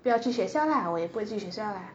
不要去学校 lah 我也不要学校 lah